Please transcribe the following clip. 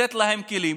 לתת להם כלים